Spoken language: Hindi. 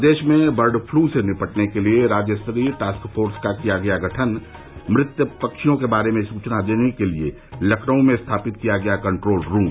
प्रदेश में बर्ड फ्लू से निपटने के लिए राज्यस्तरीय टास्क फोर्स का किया गया गठन मृत पक्षियों के बारे में सुचना देने के लिए लखनऊ में स्थापित किया गया कन्ट्रोल रूम